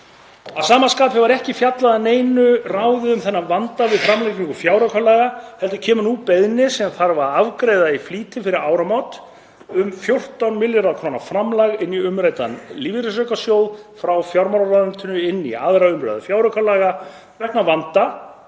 Að sama skapi var ekki fjallað að neinu ráði um þennan vanda við framlagningu fjáraukalaga heldur kemur nú beiðni sem þarf að afgreiða í flýti fyrir áramót um 14 milljarða kr. framlag inn í umræddan lífeyrisaukasjóð frá fjármálaráðuneytinu inn í 2. umr. fjáraukalaga vegna vanda